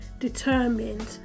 determined